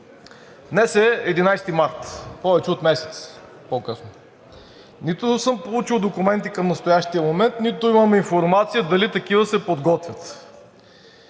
Днес е 11 март – повече от месец по-късно. Нито съм получил документи към настоящия момент, нито имам информация дали такива се подготвят.